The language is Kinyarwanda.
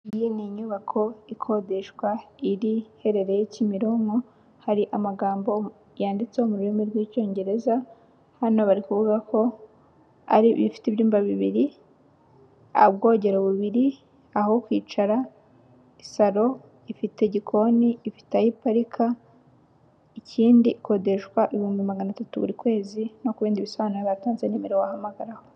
iyi ni inyubako ikodeshwa iherereye kimironko hari amagambo yanditse mu rurimi rwicyongereza hano bari kuvuga ko ifite imbyumba bibiri, ubwogero bubiri , aho kwicara, saro, ifite igikoni, ifite aho iparika ikindi ikodeshwa ibihumbi maganatatu buri kwezi no kubindi bisobanuro batanze nimero wahamagaraho